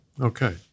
okay